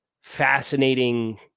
fascinating